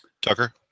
tucker